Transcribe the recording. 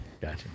Gotcha